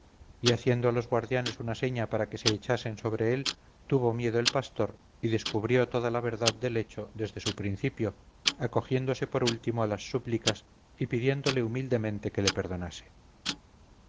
y haciendo a los guardias una seña para que se echasen sobre él tuvo miedo el pastor y descubrió toda la verdad del hecho desde su principio acogiéndose por último a las súplicas y pidiéndole humildemente que le perdonase